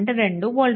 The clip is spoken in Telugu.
2 వోల్ట్లు